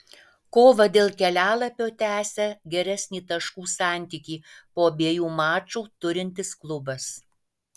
kovą dėl kelialapio tęsia geresnį taškų santykį po abiejų mačų turintis klubas